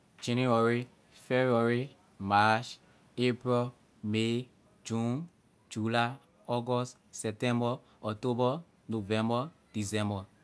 January february march april may june july august september october november december